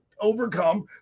overcome